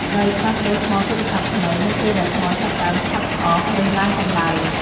ត្រូវផ្លាស់ប្តូរថ្មទូរស័ព្ទថ្មី នៅពេលដែលថ្មចាប់ផ្តើមឆាប់អស់ ឬឡើងកម្តៅ។